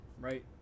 right